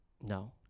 No